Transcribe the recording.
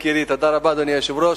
תודה רבה, אדוני היושב-ראש.